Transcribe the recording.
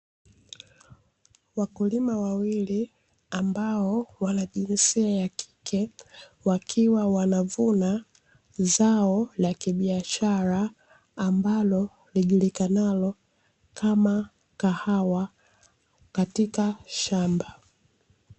Wakulima wawili, ambao wana jinsia ya kike, wakiwa wanavuna zao la kibiashara, ambalo lijulikanalo kama kahawa katika shamba.